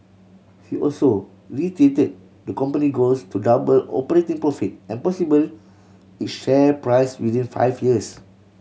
he also reiterated the company goals to double operating profit and possibly its share price within five years